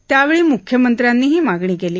यावेळी म्ख्यमंत्र्यांनी ही मागणी केली